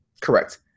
correct